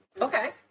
Okay